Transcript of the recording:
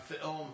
film